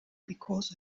because